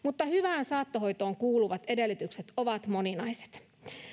teemoista hyvään saattohoitoon kuuluvat edellytykset ovat moninaiset